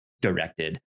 directed